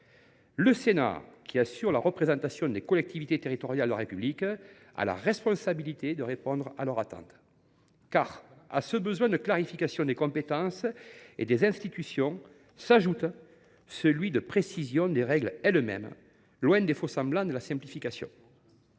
Le Sénat, qui assure la représentation des collectivités territoriales de la République, a la responsabilité de répondre aux attentes de celles ci. Car à ce besoin de clarification des compétences et des institutions s’ajoute celui de précision des règles elles mêmes, loin des faux semblants de la simplification.